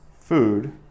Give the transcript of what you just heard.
food